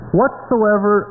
whatsoever